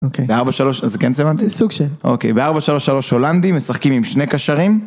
אוקיי. בארבע שלוש, אז כן זה מה? סוג של. אוקיי. בארבע שלוש שלוש הולנדים משחקים עם שני קשרים.